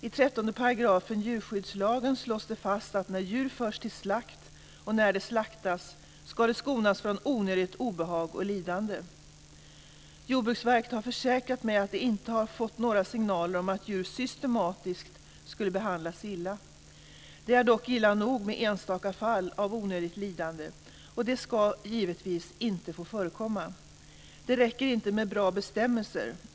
I 13 § djurskyddslagen slås det fast att djur, när de förs till slakt och när de slaktas, ska skonas från onödigt obehag och lidande. Jordbruksverket har försäkrat mig att man inte har fått några signaler om att djur systematiskt skulle behandlas illa. Det är dock illa nog med enstaka fall av onödigt lidande, och det ska givetvis inte få förekomma. Det räcker inte med bra bestämmelser.